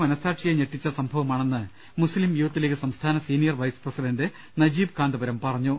മനസാക്ഷിയെ ഞെട്ടിച്ച സംഭവമാണെന്ന് മുസ്ലിം യൂത്ത് ലീഗ് സംസ്ഥാന senior vice president Najeeb Kanthapuram പറഞ്ഞു